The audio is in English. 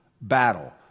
battle